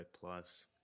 plus